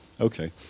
Okay